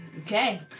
Okay